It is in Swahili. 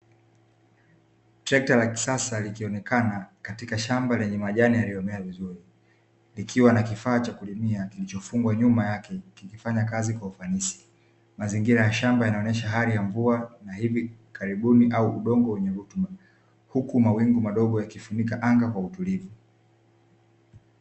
Trekta la kisasa likionekana likiwa na kifaa kilichofungwa nyuma yake kikionyesha ufaninisi mkubwa huku mazingira ya shamba yakionyesha hali ya mvua huku mawingu yakitanda kwa utulivu